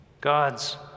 God's